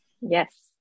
yes